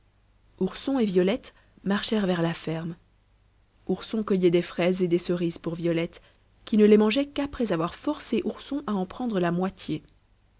ourson et violette marchèrent vers la ferme ourson cueillait des fraises et des cerises pour violette qui ne les mangeait qu'après avoir forcé ourson à en prendre la moitié